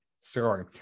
sorry